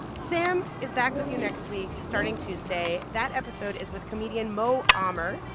sam is back with you next week, starting tuesday. that episode is with comedian mo ah amer.